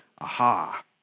aha